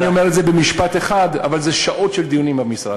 אני אומר את זה במשפט אחד: אבל זה שעות של דיונים במשרד,